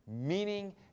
meaning